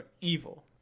evil